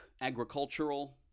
agricultural